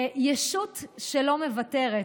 ישות שלא מוותרת.